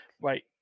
Wait